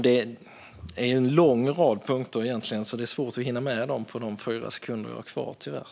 Det handlar egentligen om en lång rad punkter som jag inte hinner ta upp nu.